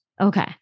Okay